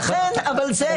אבל זה